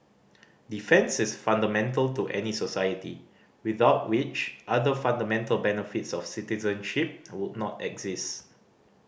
defence is fundamental to any society without which other fundamental benefits of citizenship would not exist